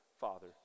Father